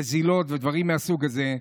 נזילות ודברים מהסוג הזה,